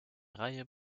reihe